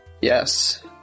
Yes